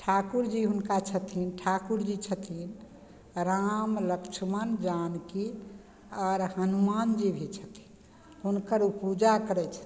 ठाकुर जी हुनका छथिन ठाकुर जी छथिन राम लक्ष्मण जानकी आओर हनुमान जी भी छथिन हुनकर पूजा करय छथिन